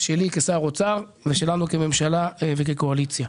שלי כשר אוצר ושלנו כממשלה וכקואליציה.